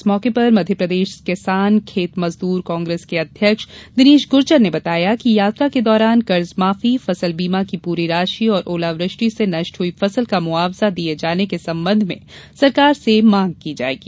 इस मौके पर मध्यप्रदेश किसान खेत मजदूर कांग्रेस के अध्यक्ष दिनेश गूर्जर ने बताया कि यात्रा के दौरान कर्जमाफी फसल बीमा की पूरी राशि और ओलावृष्टि से नष्ट हुई फसल का मुआवजा दिये जाने के संबंध में सरकार से मांग की जाएगी